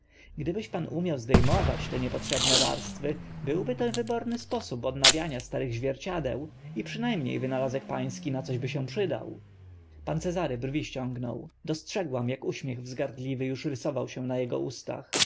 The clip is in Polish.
gdybyś pan umiał zde mować te niepotrzebne warstwy byłby to wyborny sposób odnawiania starych zwierciadeł i przyna mnie wynalazek pański na coś by się przydał pan cezary brwi ściągnął dostrzegłam ak uśmiech wzgardliwy uż rysował się na ego ustach